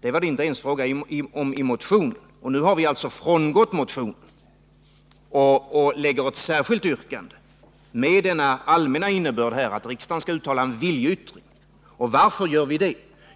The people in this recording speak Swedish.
Det var det inte ens fråga om i motionen, och nu har vi alltså frångått motionen och lägger fram ett särskilt yrkande med den allmänna innebörden att riksdagen skall uttala en viljeyttring. Varför gör vi det?